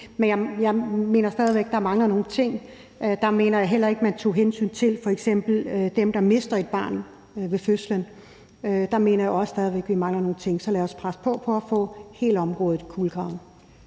men jeg mener stadig væk, der mangler nogle ting. Jeg mener f.eks. ikke, at man der tog hensyn til dem, der mister et barn ved fødslen. Der mener jeg også at vi stadig væk mangler nogle ting. Så lad os presse på for at få hele området kulegravet.